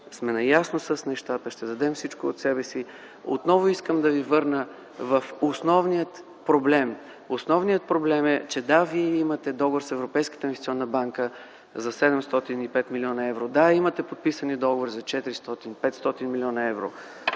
сме наясно с нещата. Ще дадем всичко от себе си. Отново искам да ви върна върху основния проблем – даже да имате договор с Европейската инвестиционна банка за 705 млн. евро, даже да имате подписани договори за 400-500 млн. евро,